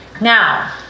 now